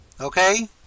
Okay